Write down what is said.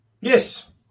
Yes